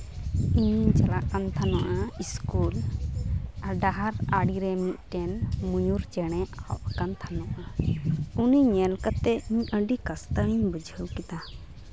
ᱤᱧ ᱪᱟᱞᱟᱜ ᱠᱟᱱ ᱛᱟᱦᱮᱱᱚᱜᱼᱟ ᱤᱥᱠᱩᱞ ᱟᱨ ᱰᱟᱦᱟᱨ ᱟᱲᱮ ᱨᱮ ᱢᱤᱫᱴᱮᱱ ᱢᱚᱭᱩᱨ ᱪᱮᱬᱮ ᱟᱵ ᱟᱠᱟᱱ ᱛᱟᱦᱮᱱᱚᱜᱼᱟ ᱩᱱᱤ ᱧᱮᱞ ᱠᱟᱛᱮᱫ ᱟᱹᱰᱤ ᱠᱟᱥᱛᱟᱣ ᱤᱧ ᱵᱩᱡᱷᱟᱹᱣ ᱠᱮᱫᱟ